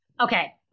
Okay